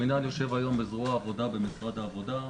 המינהל יושב היום בזרוע העבודה במשרד העבודה.